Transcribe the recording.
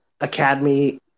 academy